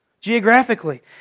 Geographically